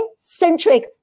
centric